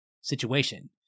situation